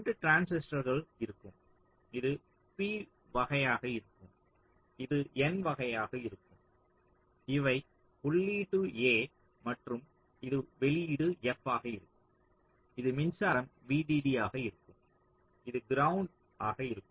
2 டிரான்சிஸ்டர்கள் இருக்கும் இது p வகையாக இருக்கும் இது n வகையாக இருக்கும் இவை உள்ளீடு A மற்றும் இது வெளியீடு f ஆக இருக்கும் இது மின்சாரம் VDD ஆக இருக்கும் இது கிரவுண்ட் ஆக இருக்கும்